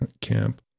camp